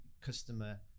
customer